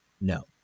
no